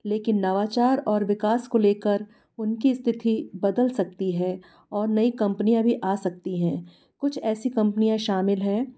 लेकिन नवाचार और विकास को लेकर उनकी स्थिति बदल सकती है और नई कंपनियाँ भी आ सकती है कुछ ऐसी कंपनियाँ शामिल हैं